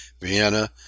Vienna